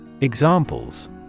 Examples